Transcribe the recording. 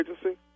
agency